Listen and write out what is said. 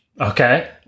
Okay